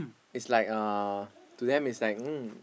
is like uh to them is like mm